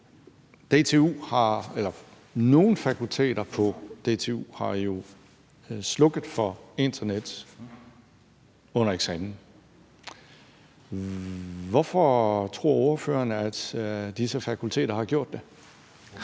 Nogle fakulteter på DTU har jo slukket for internettet under eksamen. Hvorfor tror ordføreren, at disse fakulteter har gjort det?